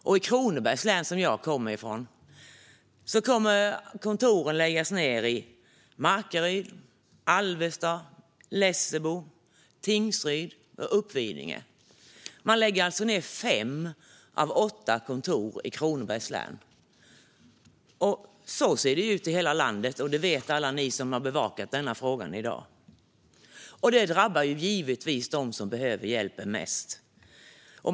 I Kronobergs län, som jag kommer från, kommer kontoren i Markaryd, Alvesta, Lessebo, Tingsryd och Uppvidinge att läggas ned. Man lägger alltså ned fem av åtta kontor i Kronobergs län. Så ser det ut i hela landet. Det vet alla ni som har bevakat denna fråga i dag. Det drabbar givetvis dem som behöver hjälpen mest.